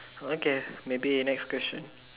okay maybe next question